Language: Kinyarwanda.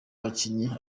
bakinnyi